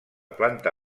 planta